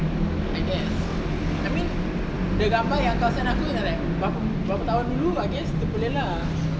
I guess I mean the gambar yang kau send aku is like berapa tahun dulu I guess dia boleh lah